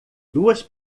duas